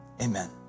amen